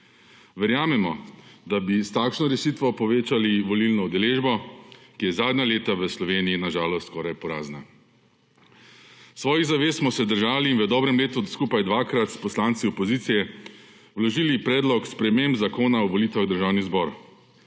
Verjamemo, da bi s takšno rešitvijo povečali volilno udeležbo, ki je zadnja leta v Sloveniji na žalost skoraj porazna. Svojih zavez smo se držali in v dobrem letu skupaj dvakrat s poslanci opozicije vložili predlog sprememb zakona o volitvah v Državni zbor,